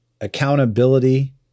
accountability